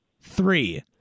three